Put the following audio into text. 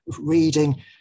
reading